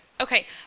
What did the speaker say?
Okay